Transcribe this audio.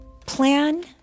plan